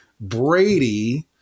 Brady